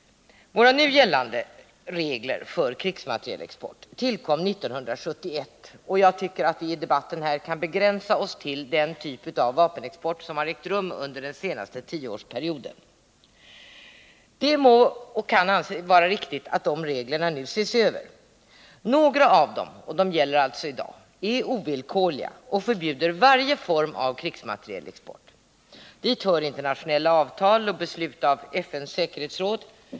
Våra nu gällande regler för krigsmaterielexport tillkom 1971, och jag tycker att vi i den här debatten kan begränsa oss till den typ av vapenexport som ägt rum under den senaste tioårsperioden. Det kan vara riktigt att reglerna för vapenexport nu ses över. Några av de regler som gäller i dag är ovillkorliga och förbjuder varje form av krigsmaterielexport. Dit hör internationella avtal och beslut av FN:s säkerhetsråd.